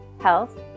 health